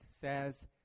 says